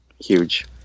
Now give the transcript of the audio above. Huge